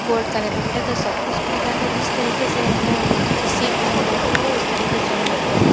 gold का लेना पड़े तो सौ इस प्रकार से जिस तरीके से हमें जिस सीट पे हम बैठेंगे उस तरीके से वहाँ पे